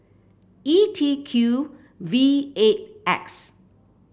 E T Q V eight X